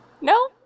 No